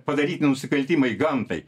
padaryti nusikaltimai gamtai